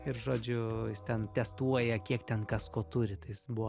ir žodžiu jis ten testuoja kiek ten kas ko turi tai jis buvo